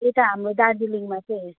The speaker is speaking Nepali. यता हाम्रो दार्जिलिङमा चाहिँ